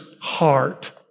heart